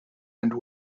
and